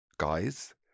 Guys